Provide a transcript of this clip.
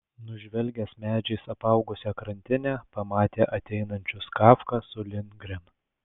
nužvelgęs medžiais apaugusią krantinę pamatė ateinančius kafką su lindgren